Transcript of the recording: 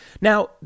Now